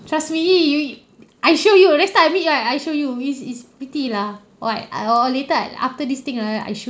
trust me you I show you next time I meet you I I show you it's it's pretty lah what or or later I after this thing ah I show